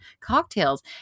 cocktails